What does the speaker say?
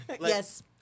Yes